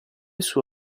sue